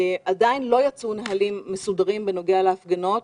עדיין לא יצאו נהלים מסודרים בנוגע להפגנות